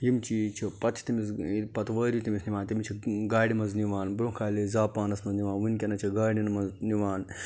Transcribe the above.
یِم چیٖز چھِ پتہٕ چھِ تٔمِس ییٚلہِ پتہٕ وٲرِو تٔمِس نِوان تٔمِس چھِ گاڑِ مَنٛز نِوان برٛونٛہہ کالہِ ٲسۍ زاپانَس مَنٛز نِوان وٕنکیٚنَس چھ گاڑٮ۪ن مَنٛز نِوان